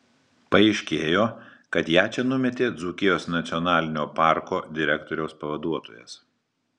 paaiškėjo kad ją čia numetė dzūkijos nacionalinio parko direktoriaus pavaduotojas